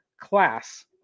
class